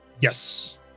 Yes